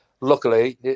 luckily